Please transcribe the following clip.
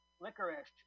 Licorice